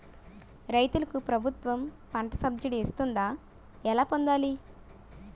రైతులకు ప్రభుత్వం పంట సబ్సిడీ ఇస్తుందా? ఎలా పొందాలి?